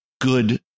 good